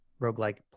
roguelike